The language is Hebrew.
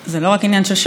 זה לא רק עניין של שעון,